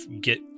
get